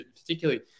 particularly